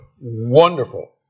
wonderful